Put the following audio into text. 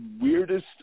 weirdest